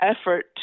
effort